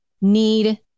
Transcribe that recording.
need